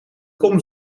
com